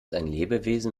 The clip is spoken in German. lebewesen